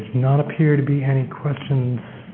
not appear to be any questions